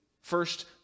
first